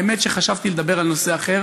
האמת שחשבתי לדבר על נושא אחר.